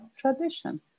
tradition